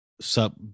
sub